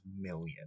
million